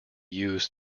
used